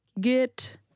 get